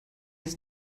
ist